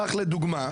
קח לדוגמה,